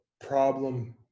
problem